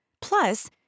Plus